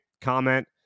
comment